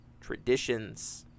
traditions